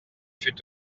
fut